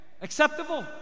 Acceptable